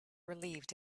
relieved